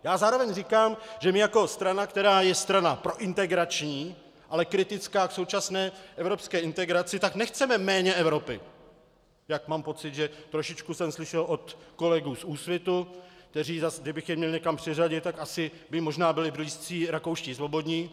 Já zároveň říkám, že my jako strana, která je strana prointegrační, ale kritická k současné evropské integraci, tak nechceme méně Evropy, jak mám pocit, že trošičku jsem slyšel od kolegů z Úsvitu, kteří zase, kdybych je měl někam přiřadit, tak asi by možná byli blízcí rakouští Svobodní.